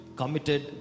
committed